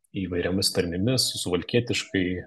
įvairiomis tarmėmis suvalkietiškai